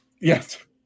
Yes